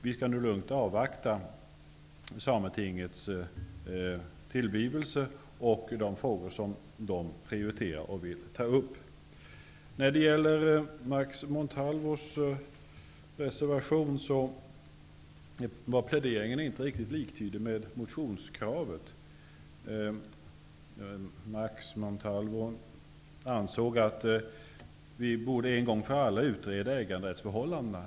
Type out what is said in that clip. Vi bör nu lugnt avvakta sametingets tillblivelse och de frågor som sametinget kommer att prioritera och vilja ta upp. När det gäller Max Montalvos reservation var pläderingen inte riktigt liktydig med kravet i motionen. Max Montalvo ansåg att vi en gång för alla borde utreda äganderättsförhållandena.